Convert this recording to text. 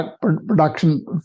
production